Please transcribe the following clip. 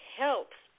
helps